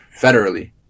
federally